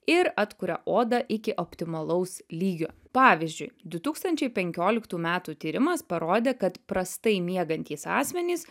ir atkuria odą iki optimalaus lygio pavyzdžiui du tūkstančiai penkioliktų metų tyrimas parodė kad prastai miegantys asmenys